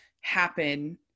happen